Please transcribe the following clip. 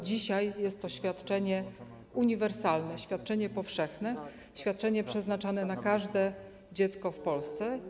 Dzisiaj jest to świadczenie uniwersalne, świadczenie powszechne, świadczenie przewidziane dla każdego dziecka w Polsce.